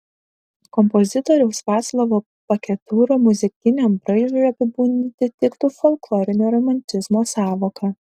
kompozitoriaus vaclovo paketūro muzikiniam braižui apibūdinti tiktų folklorinio romantizmo sąvoka